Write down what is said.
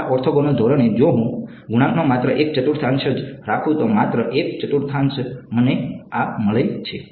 આ ઓર્થોગોનલ ધોરણે જો હું ગુણાંકનો માત્ર એક ચતુર્થાંશ જ રાખું તો માત્ર એક ચતુર્થાંશ મને આ મળે છે